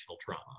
trauma